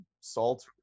salt